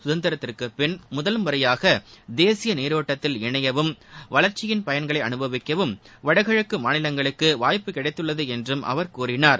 சுதந்திரத்திற்குப் பின் முதல்முறையாக தேசிய நீரோட்டத்தில் இணையவும் வளர்ச்சியின் பயன்களை அனுபவிக்கவும் வடகிழக்கு மாநிலங்களுக்கு வாய்ப்பு கிடைத்துள்ளது என்றும் அவர் கூறினார்